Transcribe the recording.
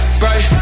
bright